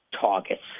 targets